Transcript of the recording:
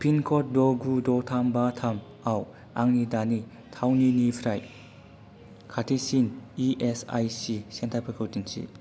पिनकड द' गु द' थाम बा थाम आव आंनि दानि थावनिनिफ्राय खाथिसिन इएसआइसि सेन्टारफोरखौ दिन्थि